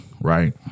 Right